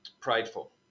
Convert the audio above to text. prideful